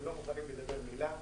הם לא מוכנים לומר מילה.